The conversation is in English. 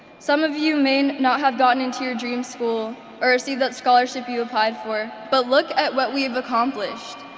some of you may not have gotten into your dream school or see that scholarship you applied for, but look at what we've accomplished.